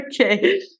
okay